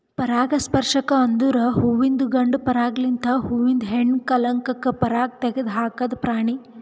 ಪರಾಗಸ್ಪರ್ಶಕ ಅಂದುರ್ ಹುವಿಂದು ಗಂಡ ಪರಾಗ ಲಿಂತ್ ಹೂವಿಂದ ಹೆಣ್ಣ ಕಲಂಕಕ್ಕೆ ಪರಾಗ ತೆಗದ್ ಹಾಕದ್ ಪ್ರಾಣಿ